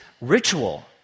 ritual